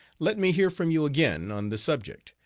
let me hear from you again on the subject.